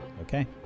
Okay